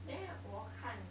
then 我看